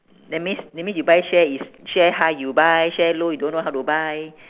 that means that means you buy share is share high you buy share low you don't know how to buy